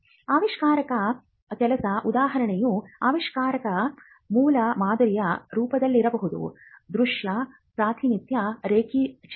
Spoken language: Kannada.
ಆವಿಷ್ಕಾರದ ಕೆಲಸದ ಉದಾಹರಣೆಯು ಆವಿಷ್ಕಾರದ ಮೂಲಮಾದರಿಯ ರೂಪದಲ್ಲಿರಬಹುದು ದೃಶ್ಯ ಪ್ರಾತಿನಿಧ್ಯ ರೇಖಾಚಿತ್ರ